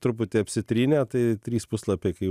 truputį apsitrynė tai trys puslapiai kai